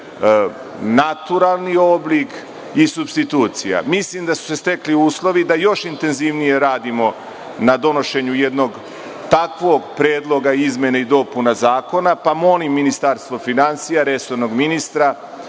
naturalni oblik i supstitucija. Mislim da su se stekli uslovi da još intenzivnije radimo na donošenju jednog takvog predloga izmena i dopuna zakona, pa molim Ministarstvo finansija, resornog ministra